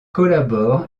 collabore